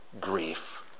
grief